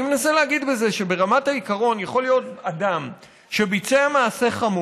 אני מנסה להגיד בזה שברמת העיקרון יכול להיות אדם שביצע מעשה חמור,